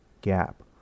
gap